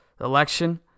election